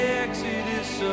exodus